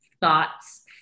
thoughts